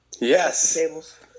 Yes